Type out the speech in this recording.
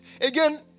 again